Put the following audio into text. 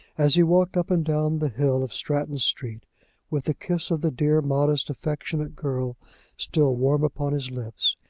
as he walked up and down the hill of stratton street with the kiss of the dear, modest, affectionate girl still warm upon his lips,